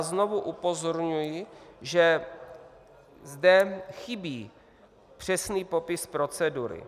Znovu upozorňuji, že zde chybí přesný popis procedury.